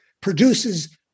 produces